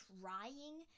trying